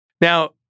Now